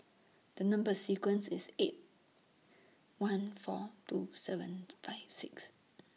The Number sequence IS eight one four two seven five six